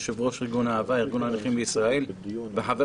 יושב-ראש ארגון אהב"ה וחבר בפורום